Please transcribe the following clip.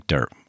Dirt